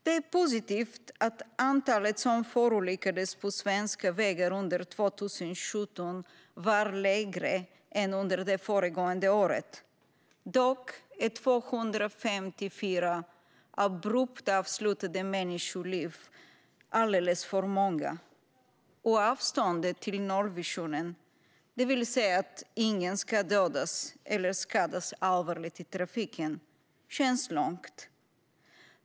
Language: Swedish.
Det är positivt att antalet som förolyckades på svenska vägar under 2017 var lägre än under det föregående året. Dock är 254 abrupt avslutade människoliv alldeles för många, och avståndet till nollvisionen, det vill säga att ingen ska dödas eller skadas alvarligt i trafiken, känns långt.